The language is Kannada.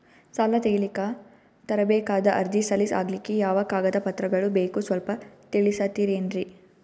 ಸಾಲ ತೆಗಿಲಿಕ್ಕ ತರಬೇಕಾದ ಅರ್ಜಿ ಸಲೀಸ್ ಆಗ್ಲಿಕ್ಕಿ ಯಾವ ಕಾಗದ ಪತ್ರಗಳು ಬೇಕು ಸ್ವಲ್ಪ ತಿಳಿಸತಿರೆನ್ರಿ?